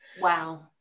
Wow